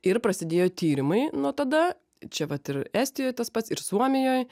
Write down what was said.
ir prasidėjo tyrimai nuo tada čia vat ir estijoj tas pats ir suomijoj